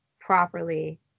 properly